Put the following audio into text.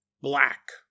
black